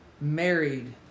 married